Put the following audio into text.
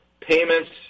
payments